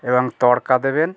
এবং তরকা দেবেন